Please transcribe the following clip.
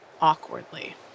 awkwardly